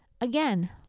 Again